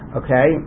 okay